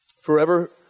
Forever